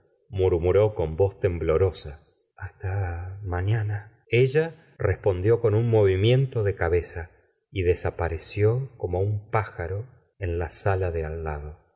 murmuró con voz temblorosa hasta mañana ella respondió con un movimiento de cabeza y desapareció como un pájaro en la sala de al lado